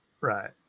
right